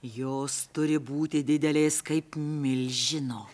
jos turi būti didelės kaip milžino